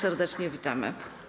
Serdecznie witamy.